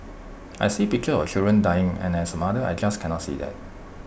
I see pictures of children dying and as A mother I just cannot see that